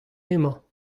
emañ